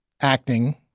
acting